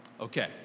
okay